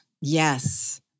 Yes